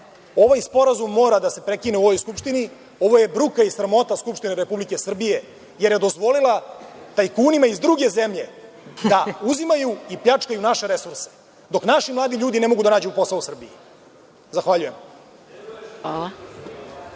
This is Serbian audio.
ovaj sporazum mora da se prekine u ovoj Skupštini. Ovo je bruka i sramota Skupštine Republike Srbije jer je dozvolila tajkunima iz druge zemlje da uzimaju i pljačkaju naše resurse, dok naši mladi ljudi ne mogu da nađu posao u Srbiji. Zahvaljujem.